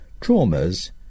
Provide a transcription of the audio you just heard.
traumas